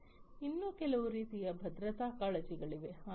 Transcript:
ಇನ್ನೂ ಕೆಲವು ರೀತಿಯ ಭದ್ರತಾ ಕಾಳಜಿಗಳಿವೆ